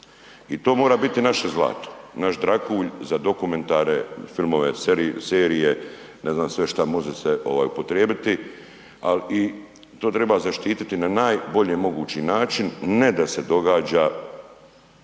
i to mora biti naše zlato, naš dragulj za dokumentarne filmove, serije, ne znam sve šta može se ovaj upotrijebiti, al i, to treba zaštititi na najbolji mogući način, ne da se događa